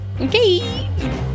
Okay